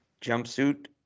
jumpsuit